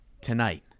Tonight